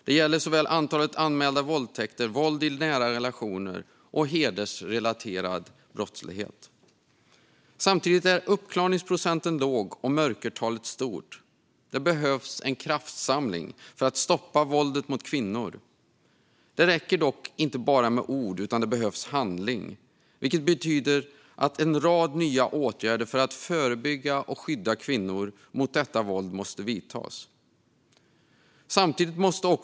Det gäller såväl antalet anmälda våldtäkter som våld i nära relationer och hedersrelaterad brottslighet. Samtidigt är uppklarningsprocenten låg och mörkertalet stort. Det behövs en kraftsamling för att stoppa våldet mot kvinnor. Det räcker dock inte med ord, utan det behövs handling. En rad nya åtgärder för att förebygga detta våld och skydda kvinnor mot det måste vidtas.